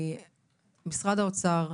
משרד האוצר,